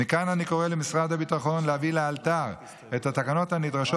מכאן אני קורא למשרד הביטחון להביא לאלתר את התקנות הנדרשות